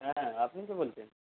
হ্যাঁ আপনি কে বলছেন